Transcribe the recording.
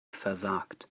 versagt